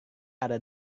ada